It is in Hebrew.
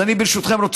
אז ברשותכם,